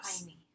tiny